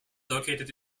located